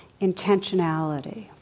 intentionality